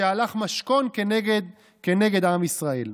שהלך משכון כנגד עם ישראל.